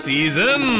Season